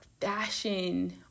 fashion